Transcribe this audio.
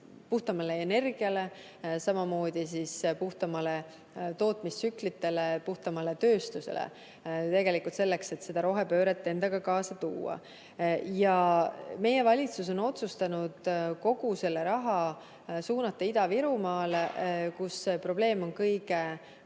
puhtamale energiale, samamoodi puhtamatele tootmistsüklitele, puhtamale tööstusele, selleks et see endaga rohepöörde kaasa tooks. Meie valitsus on otsustanud kogu selle raha suunata Ida-Virumaale, kus probleem on kõige